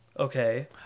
Okay